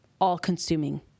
all-consuming